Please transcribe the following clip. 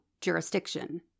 Jurisdiction